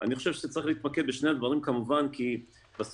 אני חושב שצריך להתמקד בשני הדברים כמובן כי בסוף